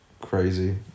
crazy